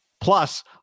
Plus